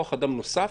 על